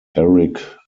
eric